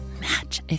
match